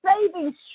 saving